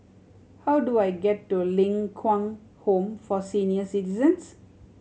how do I get to Ling Kwang Home for Senior Citizens